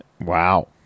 wow